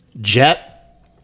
Jet